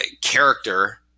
character